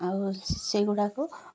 ଆଉ ସେଇଗୁଡ଼ାକୁ